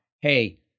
Hey